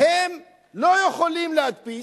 לא יכולים להדפיס.